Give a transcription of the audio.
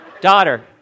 Daughter